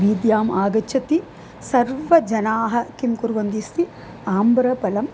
वीथ्याम् आगच्छति सर्वे जनाः किं कुर्वन्ति अस्ति आम्रफलम्